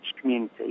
community